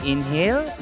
Inhale